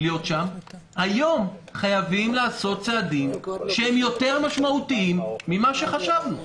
היום חייבים לעשות צעדים שהם יותר משמעותיים ממה שחשבנו.